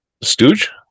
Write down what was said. Stooge